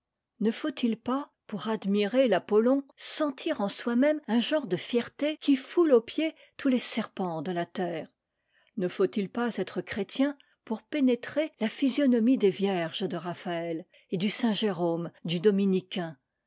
ne faut-il pas pour admirer l'apollon sentir en soi-même un genre de fierté qui foule aux pieds tous les serpents de la terre ne faut-il pas être chrétien pour pénétrer la physionomie des vierges de raphaël et du saint jérôme du dominiquin